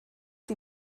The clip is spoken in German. die